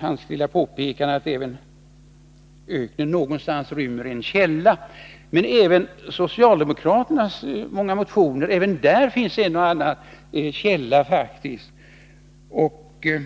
Han säger: ”Öknen blir vacker, därför att den någonstans gömmer en källa.” Ävenii socialdemokraternas motioner, vilka är många till antalet, finns det faktiskt en och annan